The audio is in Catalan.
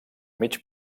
mig